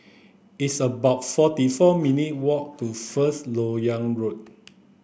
it's about forty four minutes' walk to First Lok Yang Road